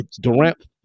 Durant